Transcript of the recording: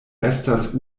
estas